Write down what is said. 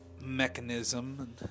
mechanism